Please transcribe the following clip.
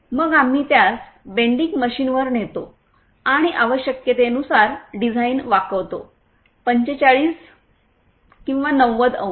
मग आम्ही त्यास बेंडिंग मशीनवर नेतो आणि आवश्यकतेनुसार डिझाइन वाकवतो 4590 अंश